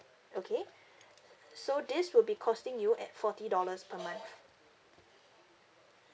okay so this would be costing you at forty dollars per month